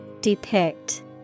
Depict